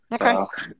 okay